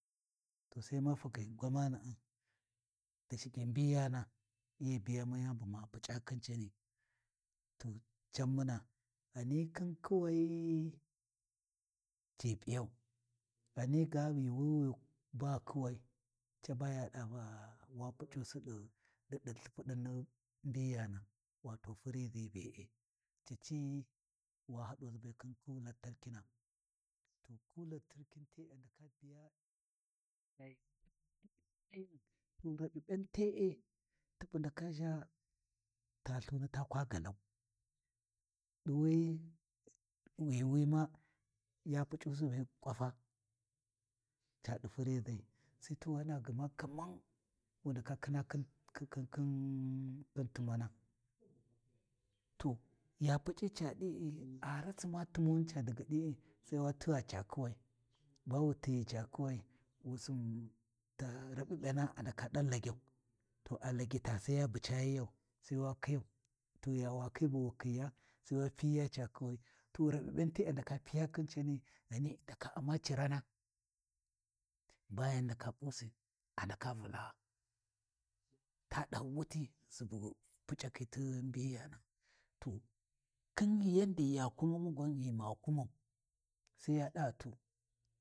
To sai ma fakhi gwamana’a da shike mbiyana hi biyamu yanibu ma puc’akhin cani, to can muna, ghani khin ƙuwai ci P’iyau, ghani ga yuuwi wi ba kuwai caba ya ɗa va wa puc’usi ɗi ɗi lthipuɗin ni mbiyana, wato frizi be’e, cici wa haduʒi be khin ku lantarkina to ku lantarkin te, a ndaka biya ca yuuwi ca U’ma rap’ip’i ainum, to rap’ip’ien te’e, tabu ndaka ʒha ta lthuni takwa galau, ɗi wuye yuuwi ma, ya puC’usi be kwafa, ca di frizai sai to ghana gma kaman wundaka khina khi timana, to yu puc’i ca ɗi’i a ratima timuni daga ca ɗi’i, sai wa tigha ca kuwai ba wutighi ca kuwai wusin ta rap’ip’iena a ndaka ɗan lagyau, to a lagyi’ta sai ya bu cayiyau sai wa khiyau to ya wi khi bu wukhiya sai wa pinya ca kuwai to rap’ip’ein te a ndaka piya khin cani ghani ndaka U’ma cirana ba yan ndaka P’usi a ndaka vulaa, ta ɗahi wuti subu puc’akhi ti mbiyana to khin yandi ya kumamu gwam ghi ma kumau sai ya ɗa to.